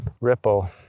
ripple